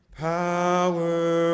Power